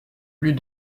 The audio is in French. plus